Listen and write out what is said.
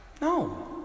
No